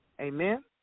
Amen